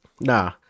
nah